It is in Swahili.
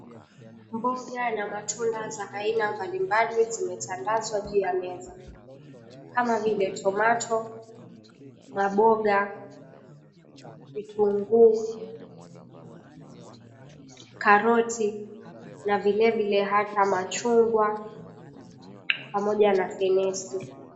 Mboga na matunda za aina mbali mbali zimetandazwa juu ya meza, kama vile tomato, maboga, vitunguu, karoti, na vilevile hata machungwa pamoja na fenesi.